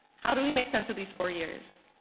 how do we make sense of these four years?